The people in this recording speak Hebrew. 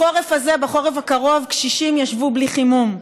בחורף הזה, בחורף הקרוב, קשישים ישבו בלי חימום.